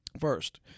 First